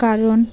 কারণ